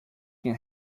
can